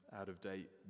out-of-date